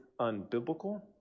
unbiblical